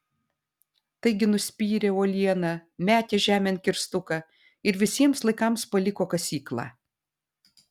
taigi nuspyrė uolieną metė žemėn kirstuką ir visiems laikams paliko kasyklą